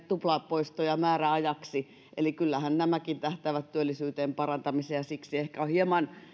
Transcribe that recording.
tuplapoistoja määräajaksi eli kyllähän nämäkin tähtäävät työllisyyden parantamiseen ja siksi ehkä on hieman